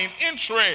entry